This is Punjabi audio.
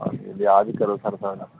ਹਾਂਜੀ ਲਿਹਾਜ਼ ਕਰੋ ਸਰ ਥੋੜ੍ਹਾ